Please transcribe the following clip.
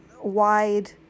wide